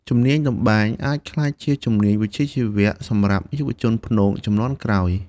ជំនាញតម្បាញអាចក្លាយជាជំនាញវិជ្ជាជីវៈសម្រាប់យុវជនព្នងជំនាន់ក្រោយ។